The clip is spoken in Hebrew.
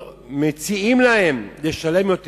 מציעים להם לשלם יותר.